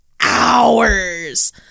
hours